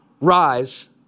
Rise